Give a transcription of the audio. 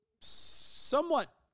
somewhat